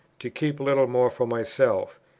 to keep littlemore for myself,